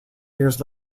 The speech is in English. years